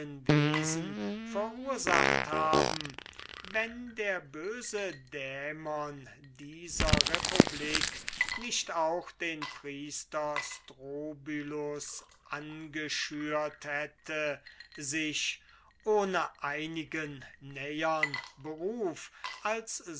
wesen verursacht haben wenn der böse dämon dieser republik nicht auch den priester strobylus angeschürt hätte sich ohne einigen nähern beruf als